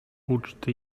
uczty